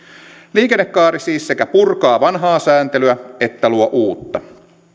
liikennekaari siis sekä purkaa vanhaa sääntelyä että luo uutta